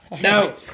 No